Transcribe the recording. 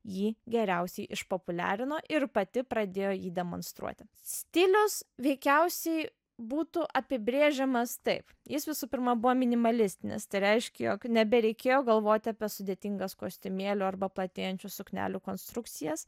jį geriausiai išpopuliarino ir pati pradėjo jį demonstruoti stilius veikiausiai būtų apibrėžiamas taip jis visų pirma buvo minimalistinis tai reiškia jog nebereikėjo galvoti apie sudėtingas kostiumėlio arba platėjančių suknelių konstrukcijas